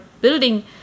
building